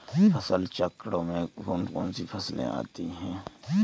फसल चक्रण में कौन कौन सी फसलें होती हैं?